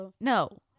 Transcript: No